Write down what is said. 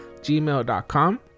gmail.com